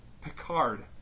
Picard